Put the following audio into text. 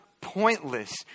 pointless